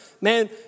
Man